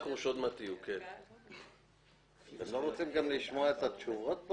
אתם לא רוצים לשמוע את התשובות?